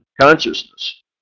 consciousness